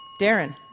Darren